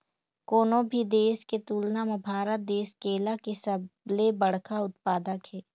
कोनो भी देश के तुलना म भारत देश केला के सबले बड़खा उत्पादक हे